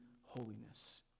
holiness